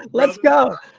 let's go.